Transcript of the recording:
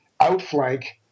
outflank